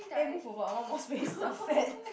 eh move over I want more space I'm fat